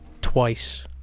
Twice